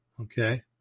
Okay